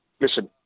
listen